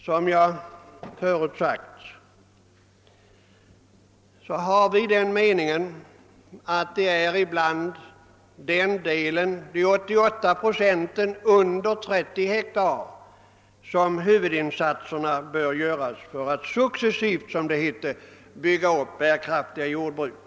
Som jag förut sagt har vi den meningen att det är bland de 88 procenten jordbruk under 30 hektar som huvudinsatserna bör göras för att successivt, som det hette, bygga upp bärkraftiga jordbruk.